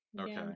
Okay